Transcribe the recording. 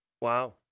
Wow